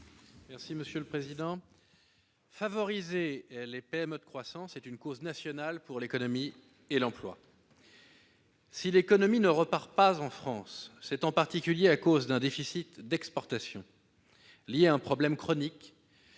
M. Emmanuel Capus. Favoriser les PME de croissance est une cause nationale pour l'économie et l'emploi. Si l'économie ne repart pas en France, c'est en particulier à cause d'un déficit d'exportations, lié à un problème chronique